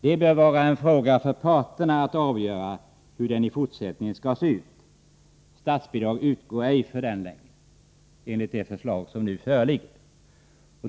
Det bör vara en fråga för parterna att avgöra hur den i fortsättningen skall se ut. Statsbidrag utgår ej längre för denna enligt det förslag som nu föreligger.